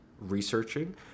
researching